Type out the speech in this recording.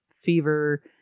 fever